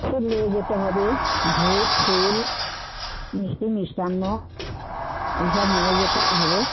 ফুল নিয়ে যেতে হবে ভোগ ফুল মিষ্টি মিষ্টান্ন এই সব নিয়ে যেতে হবে